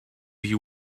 you